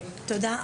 תודה.